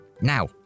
Now